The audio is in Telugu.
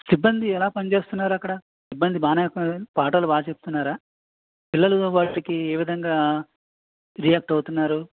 సిబ్బంది ఎలా పని చేస్తున్నారు అక్కడ సిబ్బంది బానే పాఠాలు బాగానే చెప్తున్నారా పిల్లలు వాటికి ఏ విధంగా రియాక్ట్ అవుతున్నారు